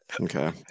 Okay